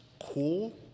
cool